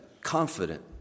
confident